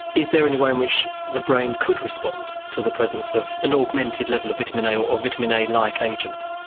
is there any way in which the brain could respond to the presence of an augmented level of vitamin a or vitamin a-like like agent?